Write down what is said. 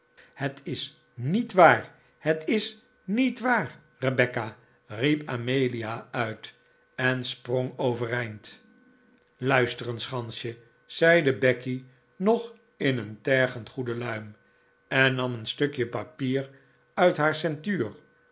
het is niet waar het is niet waar rebecca riep amelia uit en sprong overeind luister eens gansje zeide becky nog in een tergend goede luim en nam een stukje papier uit haar ceintuur